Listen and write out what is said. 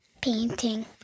Painting